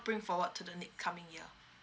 bring forward to the next coming year